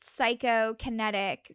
psychokinetic